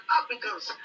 Africans